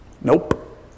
nope